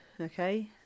okay